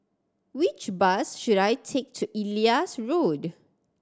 which bus should I take to Elias Road